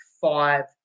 five